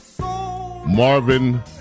Marvin